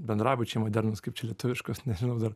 bendrabučiai modernūs kaip čia lietuviškos nežinau dar